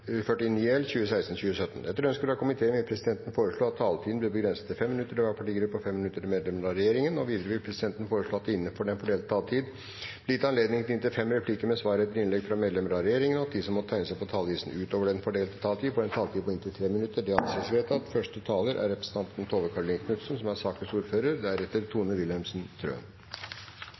Før sakene på dagsordenen tas opp til behandling, vil presidenten opplyse om at møtet i dag om nødvendig fortsetter utover kl. 16. Etter ønske fra helse- og omsorgskomiteen vil presidenten foreslå at taletiden blir begrenset til 5 minutter til hver partigruppe og 5 minutter til medlemmer av regjeringen. Videre vil presidenten foreslå at det – innenfor den fordelte taletid – blir gitt anledning til inntil fem replikker med svar etter innlegg fra medlemmer av regjeringen, og at de som måtte tegne seg på talerlisten utover den fordelte taletid, får en taletid på inntil 3 minutter. – Det anses vedtatt.